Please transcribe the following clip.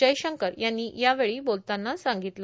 जयशंकर यांनी यावेळी बोलताना सांगितलं